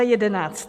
11.